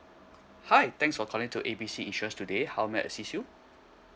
hi thanks for calling to A B C insurance today how may I assist you